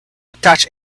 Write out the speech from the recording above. attach